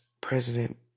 President